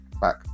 back